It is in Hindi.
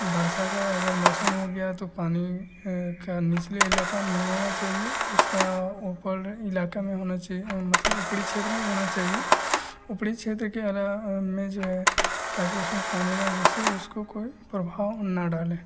वर्षा का अगर मौसम हो गया तो पानी क्या निचले इलाक़े में नहीं होना चाहिए उसके ऊपर इलाक़े में होना चाहिए मतलब ऊपरी क्षेत्र में होना चाहिए ऊपरी क्षेत्र के अलावा में जो है ताकि उसमें पानी ना घुसे उसको कोई प्रभाव ना डाले